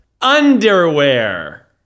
underwear